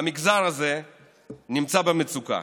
והמגזר הזה נמצא במצוקה.